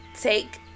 take